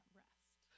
rest